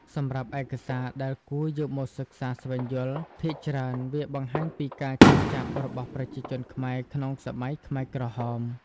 សម្រាប់ឯកសារដែលគួរយកមកសិក្សាស្វែងយល់ ភាគច្រើនវាបង្ហាញពីការឈឺចាប់របស់ប្រជាជនខ្មែរក្នុងសម័យខ្មែរក្រហម។